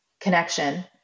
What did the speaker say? connection